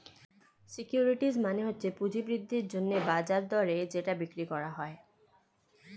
securities মানে হচ্ছে পুঁজি বৃদ্ধির জন্যে বাজার দরে যেটা বিক্রি করা যায়